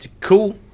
cool